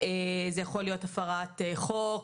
זה יכול להיות הפרת חוק,